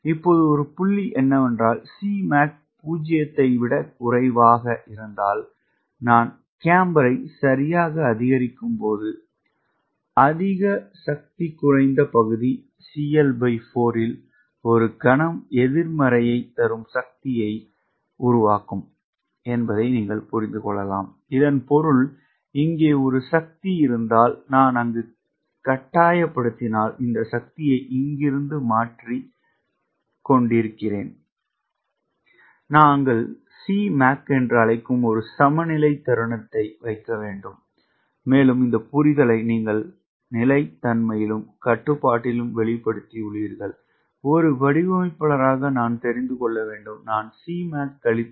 இப்போது புள்ளி என்னவென்றால் Cmac 0 ஐ விடக் குறைவாக இருந்தால் நாம் கேம்பரை சரியாக அதிகரிக்கும்போது அதிக சக்தி குறைந்த பகுதி C4 இல் ஒரு கணம் எதிர்மறையைத் தரும் சக்தியை உருவாக்கும் என்பதை நீங்கள் புரிந்து கொள்ளலாம் இதன் பொருள் இங்கே ஒரு சக்தி இருந்தால் நான் அங்கு கட்டாயப்படுத்தினால் இந்த சக்தியை இங்கிருந்து இங்கிருந்து மாற்றிக் கொண்டிருக்கிறேன் நாங்கள் Cmac என்று அழைக்கும் ஒரு சமநிலை தருணத்தை வைக்க வேண்டும் மேலும் இந்த புரிதலை நீங்கள் நிலைத்தன்மையிலும் கட்டுப்பாட்டிலும் வெளிப்படுத்தியுள்ளீர்கள் ஒரு வடிவமைப்பாளராக நான் தெரிந்து கொள்ள வேண்டும் நான் Cmac கழித்தல் 0